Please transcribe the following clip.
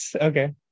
okay